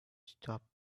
stop